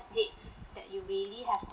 date that you really have